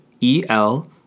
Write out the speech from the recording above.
E-L